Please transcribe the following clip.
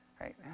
right